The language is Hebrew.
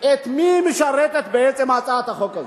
את מי משרתת בעצם הצעת החוק הזאת?